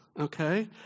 Okay